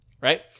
right